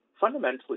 fundamentally